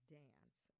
dance